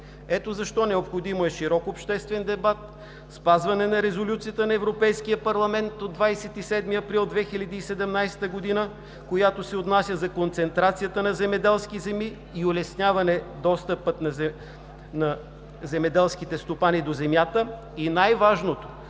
Ето защо е необходим широк обществен дебат, спазване на Резолюцията на Европейския парламент от 27 април 2017 г., която се отнася за концентрацията на земеделски земи и улесняване достъпа на земеделските стопани до земята и, най-важното,